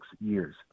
years